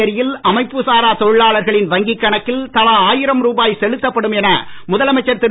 புதுச்சேரியில் அமைப்பு சாரா தொழிலாளர்களின் வங்கிக் கணக்கில் தலா ஆயிரம் ரூபாய் செலுத்தப்படும் என முதலமைச்சர் திரு